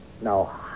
Now